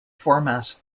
format